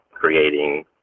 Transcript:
creating